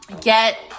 Get